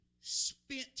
spent